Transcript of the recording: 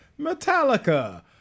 Metallica